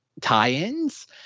tie-ins